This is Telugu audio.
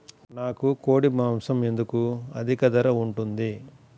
నాకు కోడి మాసం ఎందుకు అధిక ధర ఉంటుంది?